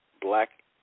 black